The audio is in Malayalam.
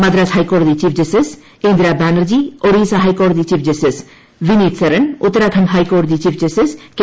മദ്രാസ് ഹൈക്കോടതി ചീഫ് ജസ്റ്റീസ് ഇന്ദിര ബാനർജി ഒറീസ ഹൈക്കോടതി ചീഫ് ജസ്റ്റീസ് വിനീത് സരൺ ഉത്തരാഖണ്ഡ് ഹൈക്കോടതി ചീഫ് ജസ്റ്റീസ് കെ